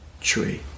tree